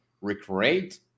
recreate